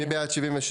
מי בעד 76?